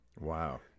Wow